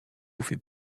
fait